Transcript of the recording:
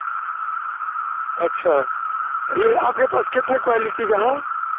اچھا یہ آپ کے پاس کتنے کوالٹی کا ہے